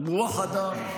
(אומר בערבית: